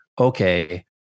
okay